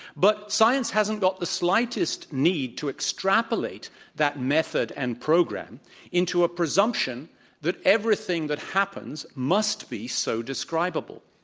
but science hasn't got the slightest need to extrapolate that method and program into a presumption that everything that happens must be so describable.